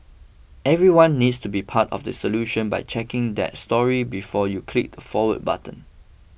everyone needs to be part of the solution by checking that story before you click the forward button